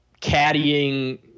caddying